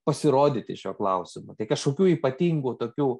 pasirodyti šiuo klausimu tai kažkokių ypatingų tokių